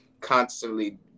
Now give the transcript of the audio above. constantly